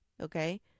Okay